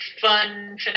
fun